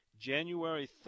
January